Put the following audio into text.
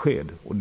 för.